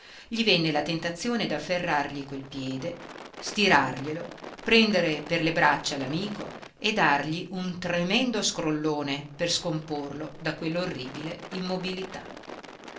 gli venne la tentazione d'afferrargli quel piede stringerglielo prendere per le braccia l'amico e dargli un tremendo scrollone per scomporlo da quell'orribile immobilità